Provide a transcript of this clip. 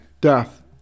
death